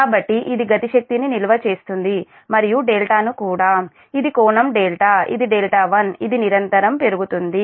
కాబట్టి ఇది గతి శక్తిని నిల్వ చేస్తుంది మరియు δ ను కూడా ఇది కోణం δ ఇది δ1 ఇది నిరంతరం పెరుగుతుంది